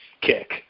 kick